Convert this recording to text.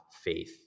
faith